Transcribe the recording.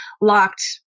locked